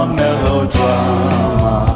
melodrama